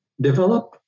develop